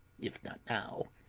if not now.